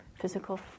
physical